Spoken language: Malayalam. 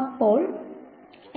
അപ്പോൾ